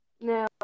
no